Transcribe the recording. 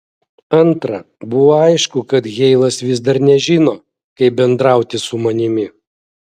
antra buvo aišku kad heilas vis dar nežino kaip bendrauti su manimi